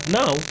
now